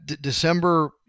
December